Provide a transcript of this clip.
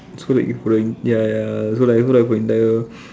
so like ya ya